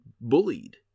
bullied